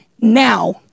now